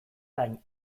gain